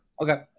Okay